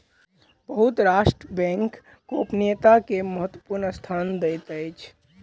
बहुत राष्ट्र बैंक गोपनीयता के महत्वपूर्ण स्थान दैत अछि